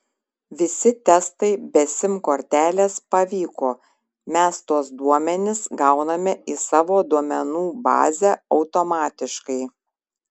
visi testai be sim kortelės pavyko mes tuos duomenis gauname į savo duomenų bazę automatiškai